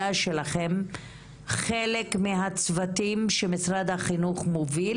שלכם הן חלק מהצוותים החינוכיים שמשרד החינוך מוביל